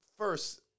First